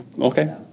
Okay